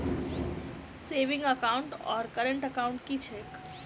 Saving account आओर current account की छैक?